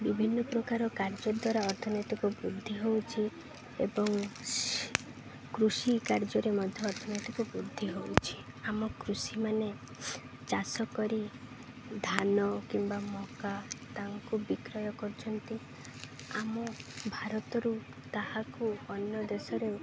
ବିଭିନ୍ନ ପ୍ରକାର କାର୍ଯ୍ୟ ଦ୍ୱାରା ଅର୍ଥନୈତିକ ବୃଦ୍ଧି ହେଉଛି ଏବଂ କୃଷି କାର୍ଯ୍ୟରେ ମଧ୍ୟ ଅର୍ଥନୈତିକ ବୃଦ୍ଧି ହଉଛିି ଆମ କୃଷିମାନେ ଚାଷ କରି ଧାନ କିମ୍ବା ମକା ତାଙ୍କୁ ବିକ୍ରୟ କରୁଛନ୍ତି ଆମ ଭାରତରୁ ତାହାକୁ ଅନ୍ୟ ଦେଶରେ